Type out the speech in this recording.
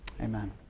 Amen